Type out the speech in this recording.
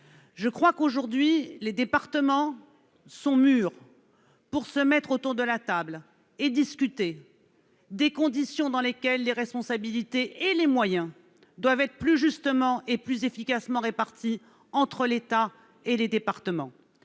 À mon sens, les départements sont aujourd'hui mûrs pour se mettre autour de la table et discuter des conditions dans lesquelles les responsabilités et les moyens doivent être plus justement et plus efficacement répartis entre l'État et eux. C'est